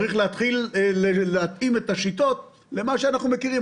לכן צריך להתחיל להתאים את השיטות למה שאנחנו מכירים.